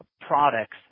products